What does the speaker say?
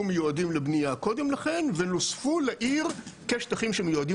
מיועדים לבנייה קודם לכן ונוספו לעיר כשטחים שמיועדים